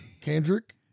Kendrick